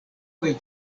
kaj